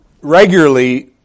regularly